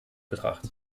betracht